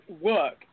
work